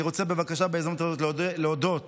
אני רוצה בבקשה בהזדמנות הזאת להודות